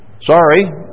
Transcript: Sorry